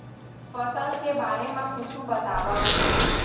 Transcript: फसल के बारे मा कुछु बतावव